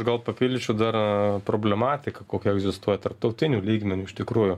gal papildyčiau dar problematika kokia egzistuoja tarptautiniu lygmeniu iš tikrųjų